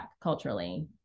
culturally